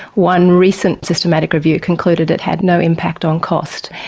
one recent systematic review concluded it had no impact on costs,